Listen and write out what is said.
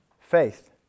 faith